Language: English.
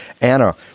Anna